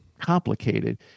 complicated